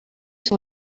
sur